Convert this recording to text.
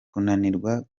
kunanirwa